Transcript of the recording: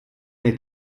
nei